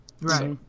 right